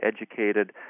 educated